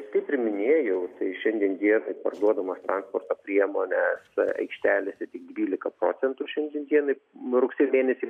kaip minėjau tai šiandien dienai parduodamos transporto priemonės aikštelėse tik dvylika procentų šiandien dienai nuo rugsėjo mėnesį